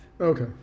okay